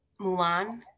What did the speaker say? Mulan